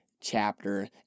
chapter